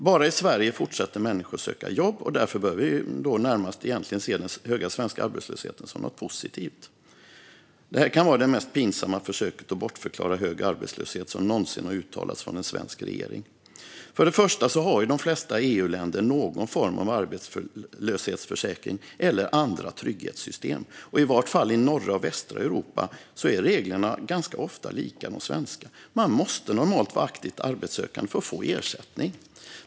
Bara i Sverige fortsätter människor att söka jobb, och därför bör vi egentligen närmast se den höga svenska arbetslösheten som något positivt. Det här kan vara det mest pinsamma försök att bortförklara hög arbetslöshet som någonsin har uttalats från en svensk regering. Först och främst har ju de flesta EU-länder någon form av arbetslöshetsförsäkring eller andra trygghetssystem, och i vart fall i norra och västra Europa är reglerna ofta ganska lika de svenska. Man måste normalt sett vara aktivt arbetssökande för att få ersättning.